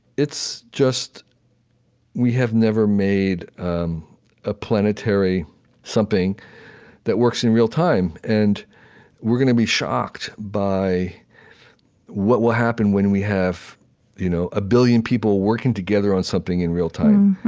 it's just we have never made a planetary something that works in real time, and we're gonna be shocked by what will happen when we have you know a billion people working together on something in real time.